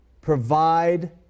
provide